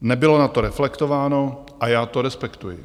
Nebylo na to reflektováno a já to respektuji.